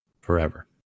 forever